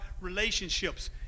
relationships